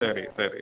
சரி சரி